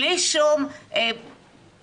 בלי שום באמת,